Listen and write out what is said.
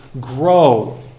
grow